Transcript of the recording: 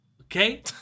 okay